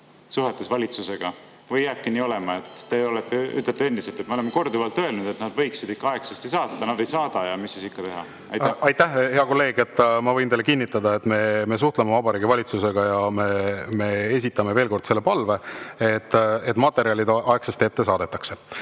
suhetes valitsusega, või jääbki nii olema, et te ütlete endiselt, et me oleme korduvalt öelnud, et nad võiksid aegsasti saata, aga nad ei saada ja mis siis ikka teha? Aitäh, hea kolleeg! Ma võin teile kinnitada, et me suhtleme Vabariigi Valitsusega ja me esitame veel kord selle palve, et materjalid aegsasti ette saadetaks. Nii,